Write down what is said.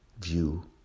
view